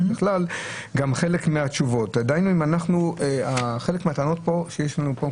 חלק מהטענות שעולות כאן הוא לגבי הקונסוליות.